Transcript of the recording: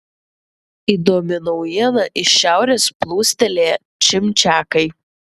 įdomi naujiena iš šiaurės plūstelėję čimčiakai